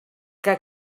que